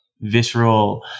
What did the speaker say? visceral